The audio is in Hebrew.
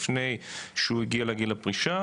לפני שהוא הגיע לגיל הפרישה,